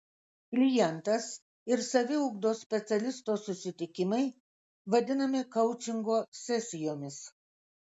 klientas ir saviugdos specialisto susitikimai vadinami koučingo sesijomis